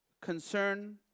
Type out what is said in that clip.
concern